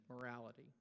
morality